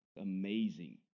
amazing